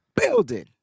building